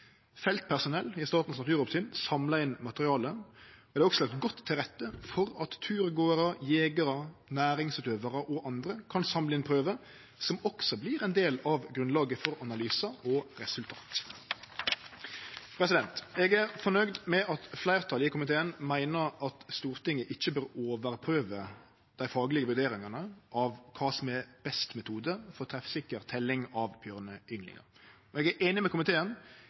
Feltpersonell i Statens naturoppsyn samlar inn materiale. Det er også lagt godt til rette for at turgåarar, jegerar, næringsutøvarar og andre kan samle inn prøver, som også vert ein del av grunnlaget for analysar og resultat. Eg er fornøgd med at fleirtalet i komiteen meiner at Stortinget ikkje bør overprøve dei faglege vurderingane av kva som er best metode for treffsikker teljing av bjørneynglingar. Eg er einig med komiteen